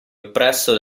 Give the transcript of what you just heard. oppresso